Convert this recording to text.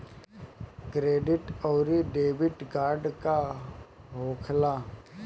Credit आउरी debit card का होखेला?